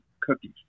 cookies